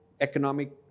economic